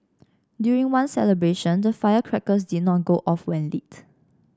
during one celebration the firecrackers did not go off when lit